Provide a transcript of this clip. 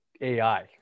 AI